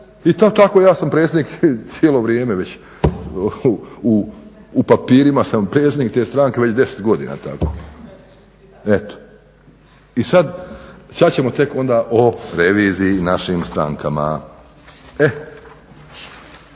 I tako ja sam predsjednik cijelo vrijeme već, u papirima sam predsjednik te stranke već 10 godina tako. Eto, i sad ćemo tek onda o reviziji našim strankama.